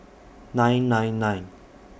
nine nine nine